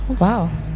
Wow